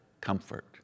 comfort